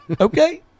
Okay